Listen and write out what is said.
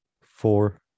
Four